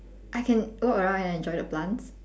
I can walk around and enjoy the plants